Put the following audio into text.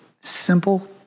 simple